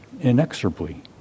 inexorably